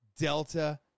Delta